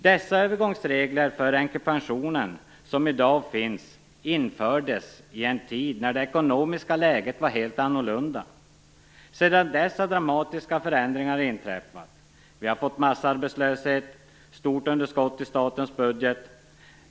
Dessa övergångsregler för änkepensionen som i dag finns infördes i en tid då det ekonomiska läget var helt annorlunda. Sedan dess har dramatiska förändringar inträffat. Vi har fått massarbetslöshet och ett stort underskott i statens budget.